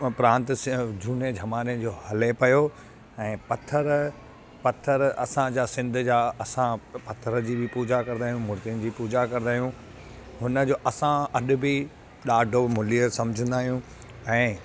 प्रांत झूने ज़माने जो हले पियो ऐं पथरु पथर असांजा सिंध जा असां पथर जी बि पूॼा कंदा आहियूं मुर्तियुनि जी पूॼा कंदा आहियूं हुन जो असां अॼु बि ॾाढो मूल्य सम्झंदा आहियूं ऐं